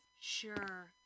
Sure